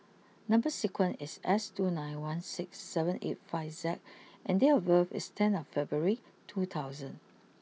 number sequence is S two nine one six seven eight five Z and date of birth is tenth February two thousand